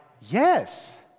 Yes